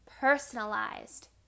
personalized